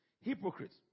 Hypocrites